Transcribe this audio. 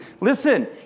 Listen